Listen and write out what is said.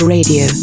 Radio